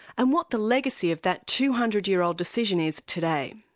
and what the legacy of that two hundred year old decision is today.